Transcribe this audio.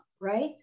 Right